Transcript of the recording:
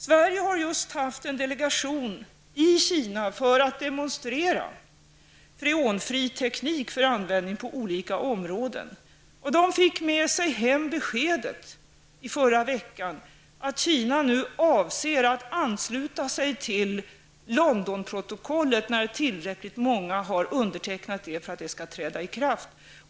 Sverige har just haft en delegation i Kina för att demonstrera freonfri teknik för användning på olika områden. Delegationen fick med sig hem beskedet att Kina nu avser att ansluta sig till Londonprotokollet när tillräckligt många har undertecknat det för att det skall träda i kraft.